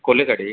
खोल्ले सायडीक